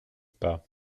pas